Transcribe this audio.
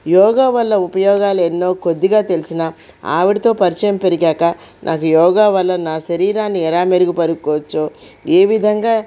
యోగా వల్ల ఉపయోగాలు ఎన్నో కొద్దిగా తెలిసిన ఆవిడతో పరిచయం పెరిగాక నాకు యోగా వల్ల నా శరీరాన్ని ఎలా మెరుగుపరచుకోవచ్చో ఏ విధంగా